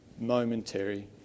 momentary